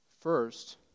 First